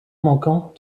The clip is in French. manquant